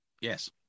Yes